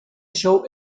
show